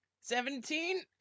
Seventeen